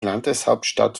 landeshauptstadt